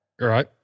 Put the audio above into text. Right